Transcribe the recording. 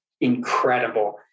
incredible